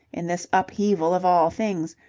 in this upheaval of all things,